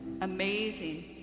amazing